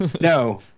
No